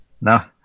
Now